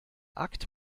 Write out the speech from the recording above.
akt